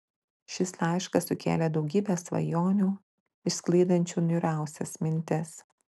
šis laiškas sukėlė daugybę svajonių išsklaidančių niūriausias mintis